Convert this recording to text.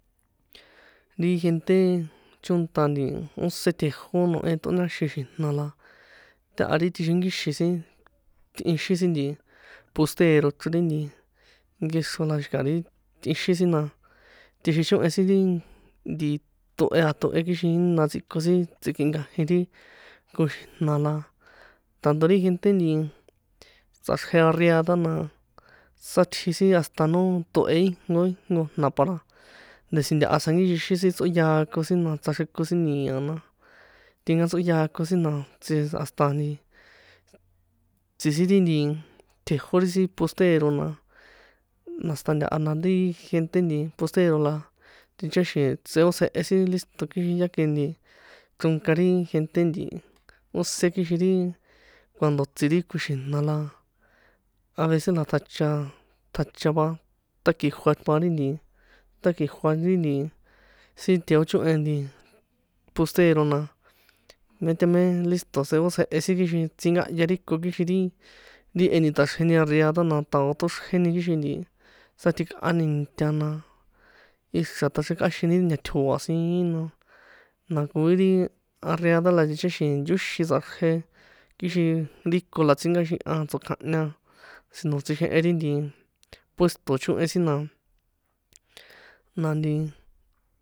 Ri gente chónṭa nti óse tjejó nohe tꞌoñaxin xi̱jna la, taha ri tꞌixinkixi̱n sin tꞌixin si nti postero chro ri nti nkexro la xi̱ka̱ ri tꞌixin si na tꞌixichohen si ri nti tohe a tohe kixin jína tsꞌikon sin tsikꞌinkajin ri koxi̱jna̱ la, tanto ri gente nti, tsꞌaxrje arriada na, sátji sin hasta no tohe ijnko ijnko jna̱ para ndesi ntaha tsjankixixin sin tsꞌoyákon sin, na tsꞌaxreko sin ni̱a na, tinkatsꞌoyákon sin, na tsi hasta nti, tsi sin ri nti, tjejó ri sin postero na, na hasta ntaha na ri gente nti postero la ticháxi̱n tsꞌeótsjehe sin lísṭo̱ kixin ya ke nti, chronka ri gente nti, óse kixin ri, cuando tsi ri koxi̱jna̱ la, avece na tjacha, tjacha va ṭaki̱jua va ri nti, ṭakijua ri nti sin tjejochohen nti postero na mé ta mé lísṭo̱ tseotsjehe sin kixin tsinkahya ri ko kixin ri, ri e ni ṭaxjreni arriada na, ṭao toxreni kixin nti, sátjikꞌani nta na, ixra̱ taxrekꞌaxini ti nta̱tjo̱a̱ siín na, na koi ri arriada la ticháxi̱n yóxin tsꞌaxrje kixin ri ko la tsinkaxihan tsokjahña, sino tsꞌixehen ri nti puesto chohen sin na, na nti.